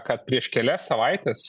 kad prieš kelias savaites